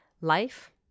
Life